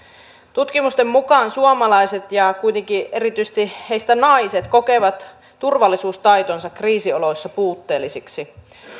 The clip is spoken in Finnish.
tutkimusten mukaan suomalaiset ja heistä erityisesti naiset kuitenkin kokevat turvallisuustaitonsa kriisioloissa puutteellisiksi